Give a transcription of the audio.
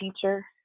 teacher